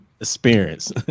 experience